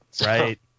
Right